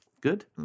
Good